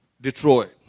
Detroit